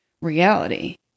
reality